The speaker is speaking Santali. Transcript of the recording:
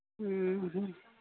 ᱦᱮᱸ